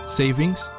savings